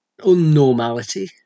unnormality